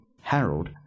Harold